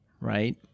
right